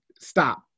stop